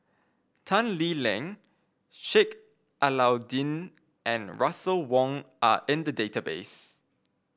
Tan Lee Leng Sheik Alau'ddin and Russel Wong are in the database